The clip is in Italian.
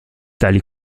tali